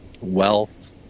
wealth